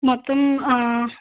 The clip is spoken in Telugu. మొత్తం